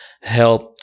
helped